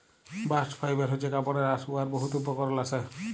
bast fibre হছে কাপড়ের আঁশ উয়ার বহুত উপকরল আসে